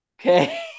Okay